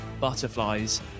butterflies